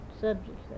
subjects